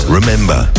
remember